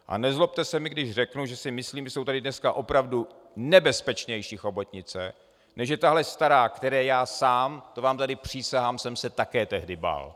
A nezlobte se, když řeknu, že si myslím, že jsou tady dneska opravdu nebezpečnější chobotnice, než je tahle stará, které já sám, to vám tady přísahám, jsem se také tehdy bál.